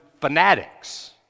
fanatics